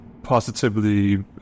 positively